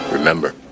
Remember